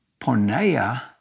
porneia